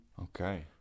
Okay